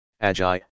agile